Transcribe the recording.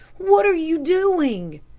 what are you doing?